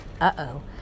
Uh-oh